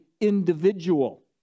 individual